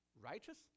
righteous